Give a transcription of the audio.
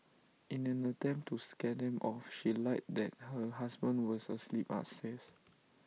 in an attempt to scare them off she lied that her husband was asleep upstairs